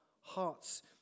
hearts